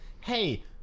hey